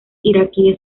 iraquíes